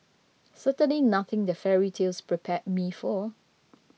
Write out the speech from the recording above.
certainly nothing that fairy tales prepared me for